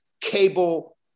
cable